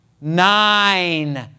Nine